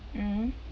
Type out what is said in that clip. mmhmm